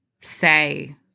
say